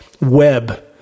web